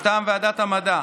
מטעם ועדת המדע,